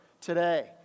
today